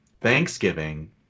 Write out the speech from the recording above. Thanksgiving